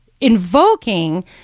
invoking